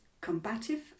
combative